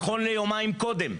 נכון ליומיים קודם,